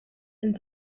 and